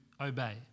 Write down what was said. obey